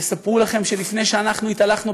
הם יספרו לכם שלפני שאנחנו התהלכנו